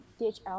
DHL